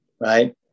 right